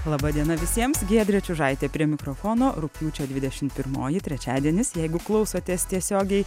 laba diena visiems giedrė čiužaitė prie mikrofono rugpjūčio dvidešim pirmoji trečiadienis jeigu klausotės tiesiogiai